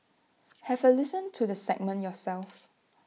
have A listen to the segment yourself